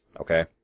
okay